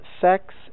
sex